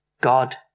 God